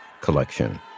collection